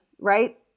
right